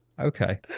Okay